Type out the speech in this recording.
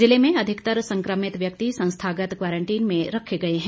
ज़िले में अधिकतर संक्रमित व्यक्ति संस्थागत क्वारंटीन में रखे गए हैं